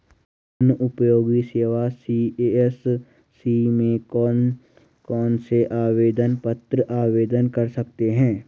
जनउपयोगी सेवा सी.एस.सी में कौन कौनसे आवेदन पत्र आवेदन कर सकते हैं?